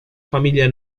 familia